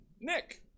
Nick